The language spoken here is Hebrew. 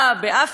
בהודו,